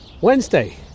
Wednesday